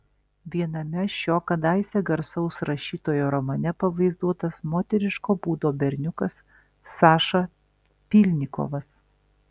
viename šio kadaise garsaus rašytojo romane pavaizduotas moteriško būdo berniukas saša pylnikovas